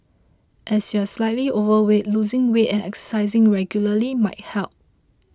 as you are slightly overweight losing weight and exercising regularly might help